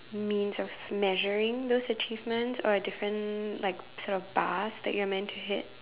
means of measuring those achievements or different like sort of bars that you are meant to hit